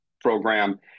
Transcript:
program